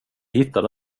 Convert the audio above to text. hittade